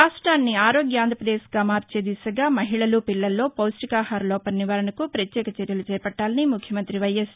రాష్ట్రాన్ని ఆరోగ్య ఆంధ్రప్రదేశ్గా మార్చే దిశగా మహిళలు పిల్లల్లో పౌష్టికాహార లోపం నివారణకు పత్యేక చర్యలు చేపట్టాలని ముఖ్యమంతి వైఎస్